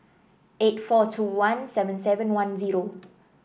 eight four two one seven seven one zero